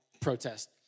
protest